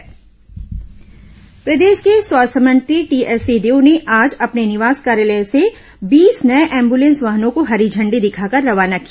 एम्बुलें स वाहन प्रदेश के स्वास्थ्य मंत्री टीएस सिंहदेव ने आज अपने निवास कार्यालय से बीस नये एम्बुलेंस वाहनों को हरी इांडी दिखाकर रवाना किया